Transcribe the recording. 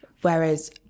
Whereas